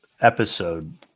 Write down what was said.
episode